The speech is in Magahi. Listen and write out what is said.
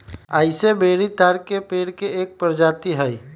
असाई बेरी ताड़ के पेड़ के एक प्रजाति हई